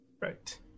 Right